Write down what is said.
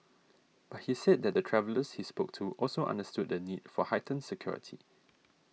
but he said that the travellers he spoke to also understood the need for heightened security